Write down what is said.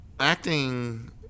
acting